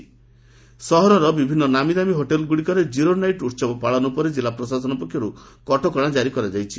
ପୁଣି ସହରରେ ଥିବା ବିଭିନ୍ନ ଦାମୀ ହୋଟେଲଗୁଡିକରେ ଜିରୋ ନାଇଟ୍ ଉହବ ପାଳନ ଉପରେ ଜିଲ୍ଲା ପ୍ରଶାସନ ପକ୍ଷରୁ କଟକଶା କାରି କରାଯାଇଛି